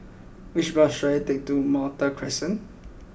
which bus should I take to Malta Crescent